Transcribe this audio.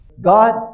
God